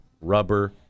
rubber